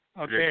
okay